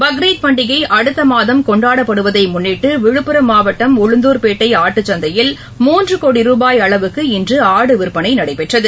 பக்ரீத் பண்டிகைஅடுத்தமாதம் கொண்டாடப்படுவதைமுன்னிட்டுவிழுப்புரம் மாவட்டம் உளுந்தூர்பேட்டைஆட்டுச்சந்தையில் மூன்றுகோடி ரூபாய் அளவுக்கு இன்று ஆடு விற்பனைநடைபெற்றது